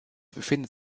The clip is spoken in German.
befindet